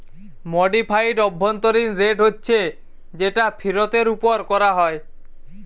modified অভ্যন্তরীণ rate হচ্ছে যেটা ফিরতের উপর কোরা হয়